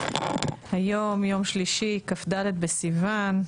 צוהריים טובים, היום יום שלישי כ"ד בסיוון.